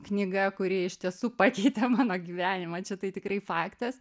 knyga kuri iš tiesų pakeitė mano gyvenimą čia tai tikrai faktas